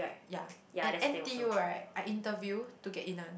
ya and N_T_U right I interview to get in one